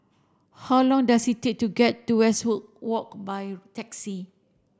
how long does it take to get to Westwood Walk by taxi